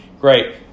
Great